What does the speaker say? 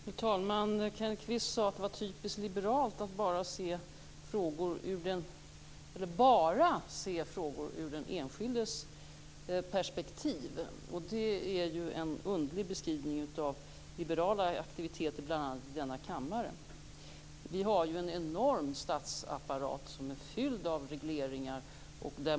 Fru talman! Kenneth Kvist sade att det var typiskt liberalt att bara se frågor i den enskildes perspektiv. Det är en underlig beskrivning av liberala aktiviteter bl.a. i denna kammare. Vi i Sverige har ju en enorm statsapparat som är full med regleringar.